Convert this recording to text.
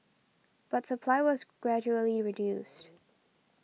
but supply was gradually reduced